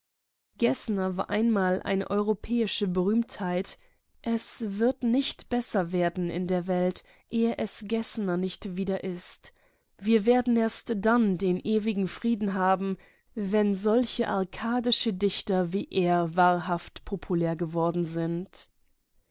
geßner war einmal eine europäische berühmtheit es wird nicht besser werden in der welt ehe es geßner nicht wieder ist wir werden erst dann den ewigen frieden haben wenn arkadische dichter wie er wahrhaft populär geworden sind